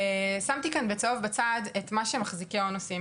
שמתי כאן בצהוב בצד את מה שמחזיקי ההון עושים,